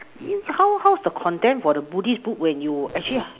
how how's the content for the buddhist book when you actually